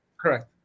Correct